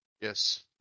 Yes